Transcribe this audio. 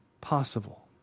possible